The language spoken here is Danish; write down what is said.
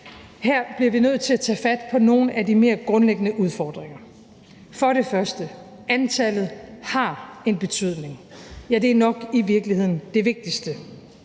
Her bliver vi nødt til at tage fat på nogle af de mere grundlæggende udfordringer. Antallet har en betydning; ja, det er nok i virkeligheden det vigtigste.